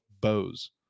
bows